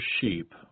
sheep